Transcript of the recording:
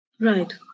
Right